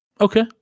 Okay